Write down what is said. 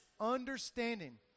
understanding